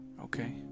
Okay